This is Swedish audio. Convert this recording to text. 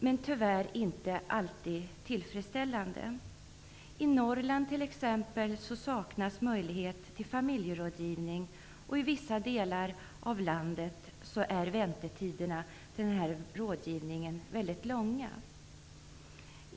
Men det är tyvärr inte alltid tillfredsställande. I t.ex. Norrland saknas möjlighet till familjerådgivning, och i vissa delar av landet är väntetiderna till rådgivningen mycket långa.